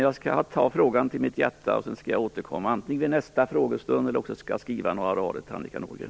Jag skall ta frågan till mitt hjärta och sedan återkomma, antingen i nästa frågestund eller också med några rader till Annika Nordgren.